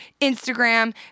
Instagram